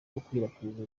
gukwirakwiza